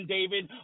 David